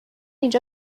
اینجا